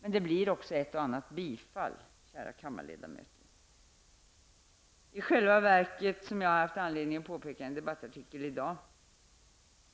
Men det blir också ett och annat bifall, kära kammarledamöter. Som jag har haft anledning att påpeka i en debattartikel i dag